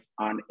on